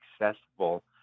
accessible